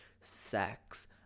sex